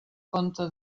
compte